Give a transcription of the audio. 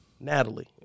Natalie